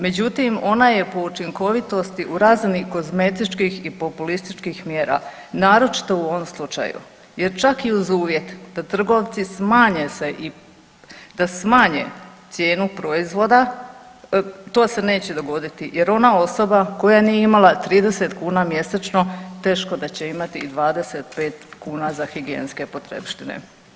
Međutim, ona je po učinkovitosti u razini kozmetičkih i populističkih mjera naročito u ovom slučaju, jer čak i uz uvjet da trgovci smanje cijenu proizvoda to se neće dogoditi jer ona osoba koja nije imala 30 kuna mjesečno teško da će imati i 25 kuna za higijenske potrepštine.